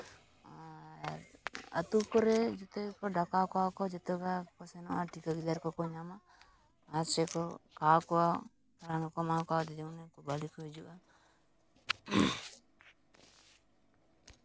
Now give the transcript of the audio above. ᱟᱨ ᱟᱹᱛᱩ ᱠᱚᱨᱮ ᱡᱚᱛᱚ ᱜᱮᱠᱚ ᱰᱟᱠᱟᱣ ᱠᱚᱣᱟ ᱠᱚ ᱡᱚᱛᱚ ᱜᱮ ᱟᱠᱚ ᱠᱚ ᱥᱮᱱᱚᱜᱼᱟ ᱡᱚᱛᱚ ᱜᱤᱫᱟᱹᱨ ᱠᱚᱠᱚ ᱧᱟᱢᱟ ᱟᱨ ᱥᱮᱠᱚ ᱠᱷᱟᱣᱟᱣ ᱠᱚᱣᱟ ᱨᱟᱱ ᱠᱚᱠᱚ ᱮᱢᱟ ᱠᱚᱣᱟ ᱫᱤᱫᱤᱢᱩᱱᱤ ᱠᱚ ᱵᱟᱲᱤ ᱠᱚ ᱦᱤᱡᱩᱜᱼᱟ